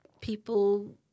people